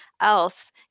else